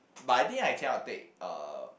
but I think I cannot take uh